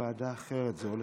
34 בעד, אין מתנגדים.